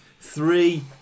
three